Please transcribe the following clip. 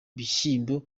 bishyimbo